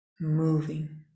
moving